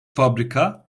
fabrika